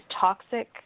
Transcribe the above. toxic